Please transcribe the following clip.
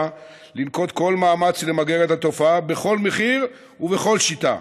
לנקוט כל מאמץ למגר את התופעה בכל מחיר ובכל שיטה.